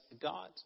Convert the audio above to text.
God